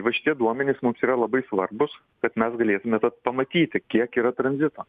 va šitie duomenys mums yra labai svarbūs kad mes galėtume tą pamatyti kiek yra tranzito